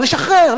לשחרר,